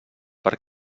per